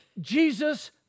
Jesus